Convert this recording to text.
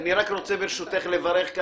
אני רוצה לברך,